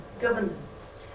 governance